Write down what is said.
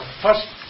first